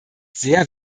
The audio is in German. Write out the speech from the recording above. sehr